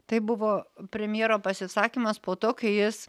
tai buvo premjero pasisakymas po to kai jis